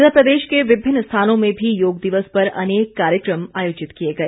इधर प्रदेश के विभिन्न स्थानों में भी योग दिवस पर अनेक कार्यक्रम आयोजित किए गए